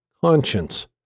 conscience